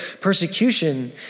Persecution